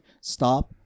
stop